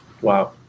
Wow